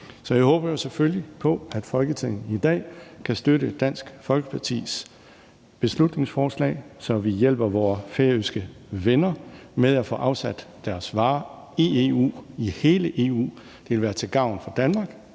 Så jeg håber jo selvfølgelig på, at Folketinget i dag kan støtte Dansk Folkepartis beslutningsforslag, så vi hjælper vore færøske venner med at få afsat deres varer i EU – i hele EU. Det vil være til gavn for Danmark,